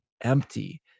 empty